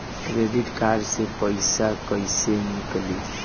Credit card से पईसा केइसे निकली?